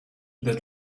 that